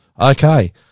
Okay